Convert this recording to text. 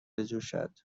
بجوشد